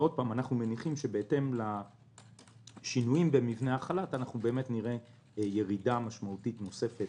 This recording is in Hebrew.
אנחנו מניחים שבהתאם לשינויים במבנה החל"ת נראה ירידה משמעותית נוספת